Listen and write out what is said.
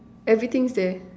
everything's there